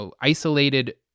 isolated